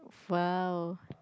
!wow!